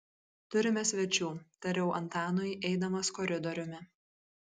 turime svečių tariau antanui eidamas koridoriumi